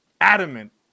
adamant